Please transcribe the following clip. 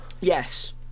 Yes